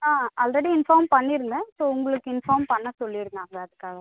ஆ already inform பண்ணியிருந்தேன் so உங்களுக்கு inform பண்ண சொல்லியிருந்தாங்க அதுக்காக தான்